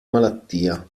malattia